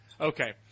Okay